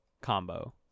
combo